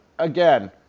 Again